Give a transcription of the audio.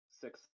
six